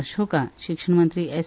अशोका शिक्षण मंत्री एस